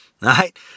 Right